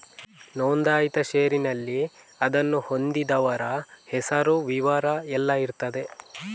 ನೋಂದಾಯಿತ ಷೇರಿನಲ್ಲಿ ಅದನ್ನು ಹೊಂದಿದವರ ಹೆಸರು, ವಿವರ ಎಲ್ಲ ಇರ್ತದೆ